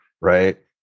Right